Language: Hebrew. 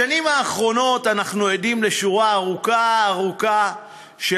בשנים האחרונות אנחנו עדים לשורה ארוכה-ארוכה של